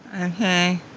Okay